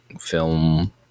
film